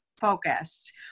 focused